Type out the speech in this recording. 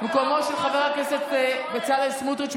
במקומו של חבר הכנסת בצלאל סמוטריץ',